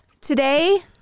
Today